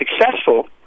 successful